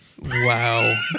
Wow